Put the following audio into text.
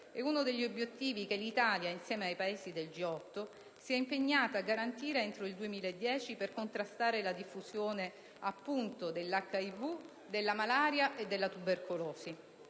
è uno degli obiettivi che l'Italia, insieme ai Paesi del G8, si è impegnata a garantire entro il 2010 per contrastare la diffusione dell'HIV, della malaria e della tubercolosi.